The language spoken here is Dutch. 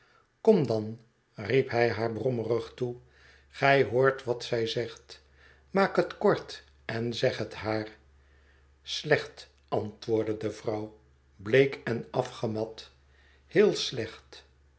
kom dan riep hij haar brommig toe gij hoort wat zij zegt maak het kort en zeg het haar slecht antwoordde de vrouw bleek en afgemat heel slecht